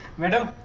madam,